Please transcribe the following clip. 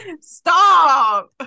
Stop